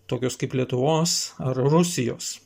tokios kaip lietuvos ar rusijos